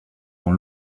dans